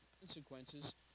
consequences